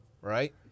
right